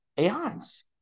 AIs